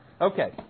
Okay